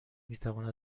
میتواند